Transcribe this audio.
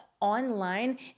online